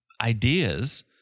ideas